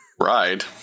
Ride